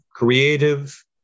Creative